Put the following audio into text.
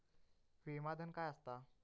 विमा धन काय असता?